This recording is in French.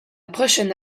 prochaine